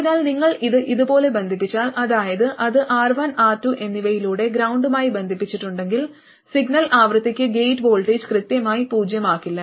അതിനാൽ നിങ്ങൾ ഇത് ഇതുപോലെ ബന്ധിപ്പിച്ചാൽ അതായത് അത് R1 R2 എന്നിവയിലൂടെ ഗ്രൌണ്ടുമായി ബന്ധിപ്പിച്ചിട്ടുണ്ടെങ്കിൽ സിഗ്നൽ ആവൃത്തിക്ക് ഗേറ്റ് വോൾട്ടേജ് കൃത്യമായി പൂജ്യമാകില്ല